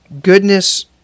goodness